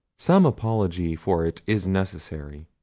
some apology for it is necessary.